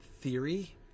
theory